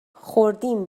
خوردیم